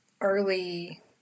early